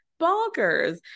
bonkers